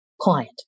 client